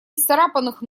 исцарапанных